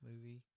movie